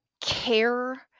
care